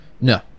No